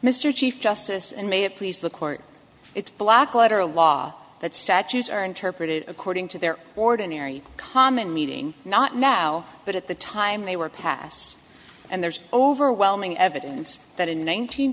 mr chief justice and may it please the court it's black letter law that statutes are interpreted according to their ordinary common meeting not now but at the time they were passed and there's overwhelming evidence that in